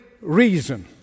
reason